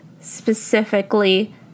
specifically